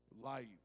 light